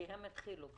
כי הם התחילו כבר לעבוד.